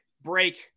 break